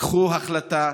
קחו החלטה,